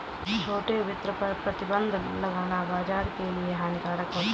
छोटे वित्त पर प्रतिबन्ध लगाना बाज़ार के लिए हानिकारक होता है